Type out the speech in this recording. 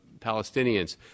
Palestinians